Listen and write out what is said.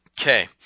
Okay